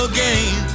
Again